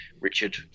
Richard